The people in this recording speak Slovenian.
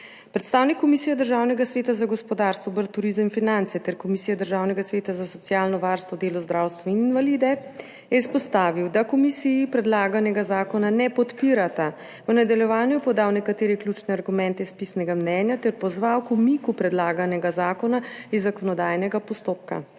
Predstavnik Komisije Državnega sveta za gospodarstvo, obrt, turizem in finance ter Komisije Državnega sveta za socialno varstvo, delo, zdravstvo in invalide je izpostavil, da komisiji predlaganega zakona ne podpirata. V nadaljevanju je podal nekatere ključne argumente iz pisnega mnenja ter pozval k umiku predlaganega zakona iz zakonodajnega postopka.